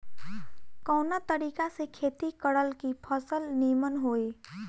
कवना तरीका से खेती करल की फसल नीमन होई?